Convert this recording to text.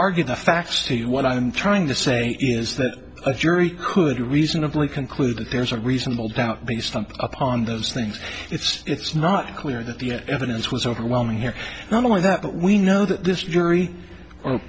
argue the facts see what i'm trying to say is that a jury could reasonably conclude that there's a reasonable doubt because something upon those things it's not clear that the evidence was overwhelming here not only that but we know that this jury or